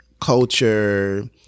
culture